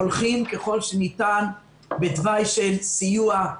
הולכים ככל שניתן בתוואי של סיוע,